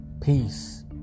Peace